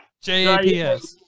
J-A-P-S